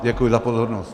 Děkuji za pozornost.